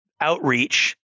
outreach